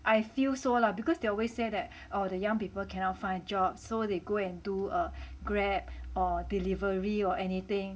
I feel so lah because they always say that oh the young people cannot find jobs so they go and do err Grab or delivery or anything